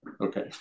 Okay